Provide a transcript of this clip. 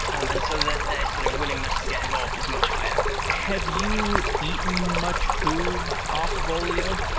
um and so their their sort of willingness to get involved is much higher have you eaten much food off of olio?